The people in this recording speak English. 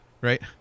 right